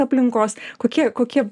aplinkos kokie kokie